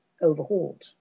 overhauled